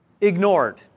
ignored